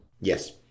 Yes